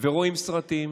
ורואים סרטים